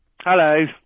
Hello